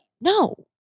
No